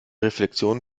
reflexion